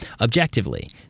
objectively